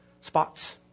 spots